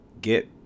Get